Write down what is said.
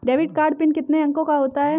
Debit card PIN कितने अंकों का होता है?